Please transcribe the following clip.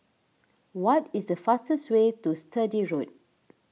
what is the fastest way to Sturdee Road